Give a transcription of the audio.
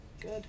good